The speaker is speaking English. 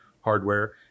hardware